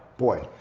boy.